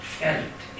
felt